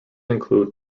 include